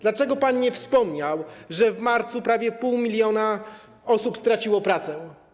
Dlaczego pan nie wspomniał, że w marcu prawie pół miliona osób straciło pracę?